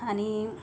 आणि